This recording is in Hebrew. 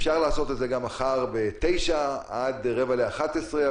אפשר לקיים את הדיון הזה גם מחר בתשע עד רבע לאחת עשרה,